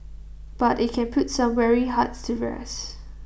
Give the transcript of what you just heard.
but IT can put some weary hearts to rest